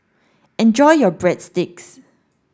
enjoy your Breadsticks